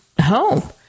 home